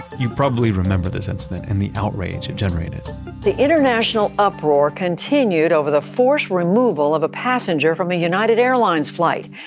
you probably remember this incident and the outrage it generated the international uproar continued over the forced removal of a passenger from a united airlines flight.